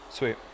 Sweet